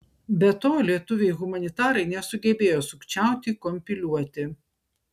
be to lietuviai humanitarai nesugebėjo sukčiauti kompiliuoti